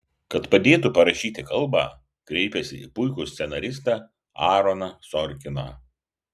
kad padėtų parašyti kalbą kreipėsi į puikų scenaristą aaroną sorkiną